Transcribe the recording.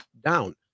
down